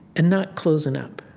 and not closing up.